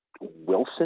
Wilson